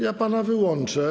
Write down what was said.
Ja pana wyłączę.